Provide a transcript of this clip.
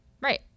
right